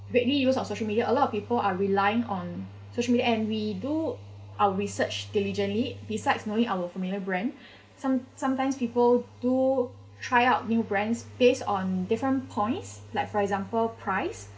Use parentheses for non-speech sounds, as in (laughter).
widely use of social media a lot of people are relying on social media and we do our research diligently besides knowing our familiar brand (breath) some sometimes people do try out new brands based on different points like for example price